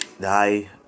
die